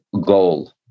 goal